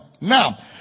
Now